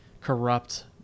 corrupt